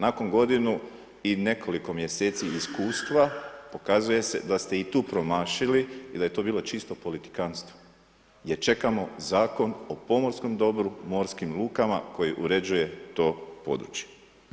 Nakon godinu i nekoliko mjeseci iskustva pokazuje se da ste i tu promašili i da je to bilo čisto politikantstvo, jer čekamo Zakon o pomorskom dobru, morskim lukama koji uređuje to područje.